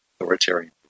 authoritarian